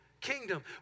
kingdom